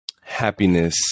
happiness